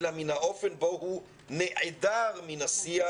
אלא מן האופן בו הוא נעדר מן השיח,